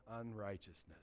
unrighteousness